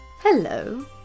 Hello